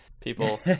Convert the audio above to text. people